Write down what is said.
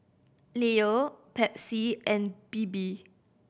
Leo Pepsi and Bebe